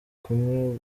kumwe